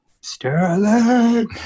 Sterling